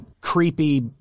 creepy